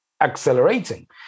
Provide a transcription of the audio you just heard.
accelerating